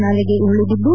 ನಾಲೆಗೆ ಉರುಳಬಿದ್ದು